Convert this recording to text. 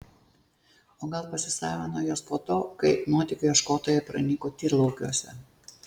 o gal pasisavino juos po to kai nuotykių ieškotojai pranyko tyrlaukiuose